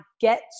get